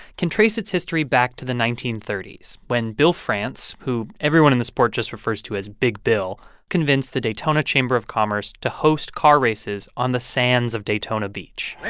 can trace its history back to the nineteen thirty s, when bill france, who everyone in the sport just refers to as big bill, convinced the daytona chamber of commerce to host car races on the sands of daytona beach there